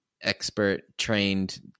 expert-trained